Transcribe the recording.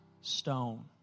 stone